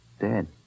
Dead